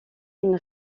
une